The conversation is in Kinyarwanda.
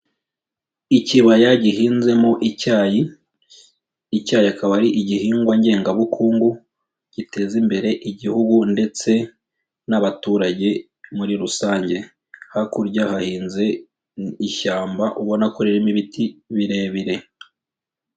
Ikibaya gihinzemo icyayi, icyayi akaba ari igihingwa ngengabukungu giteza imbere igihugu ndetse n'abaturage muri rusange, hakurya hahinze ishyamba ubona ko ririmo ibiti birebire.